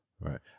Right